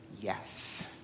yes